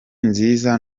nziza